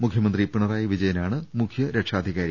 മുഖ്യ മന്ത്രി പിണറായി വിജയനാണ് മുഖ്യ രക്ഷാധികാരി